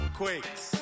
quakes